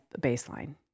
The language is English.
baseline